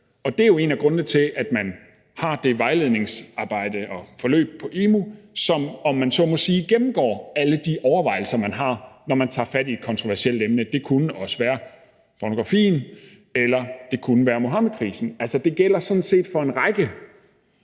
Det er jo en af grundene til, at man har det vejledningsarbejde og forløb på emu.dk, som, om man så må sige, gennemgår alle de overvejelser, man har, når man tager fat i et kontroversielt emne. Det kunne være pornografien, eller det kunne være Muhammedkrisen. Det gælder sådan set for en række